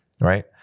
right